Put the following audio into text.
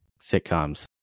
sitcoms